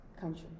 Country